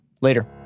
Later